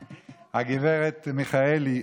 גב' מיכאלי,